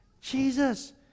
Jesus